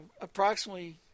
approximately